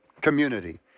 community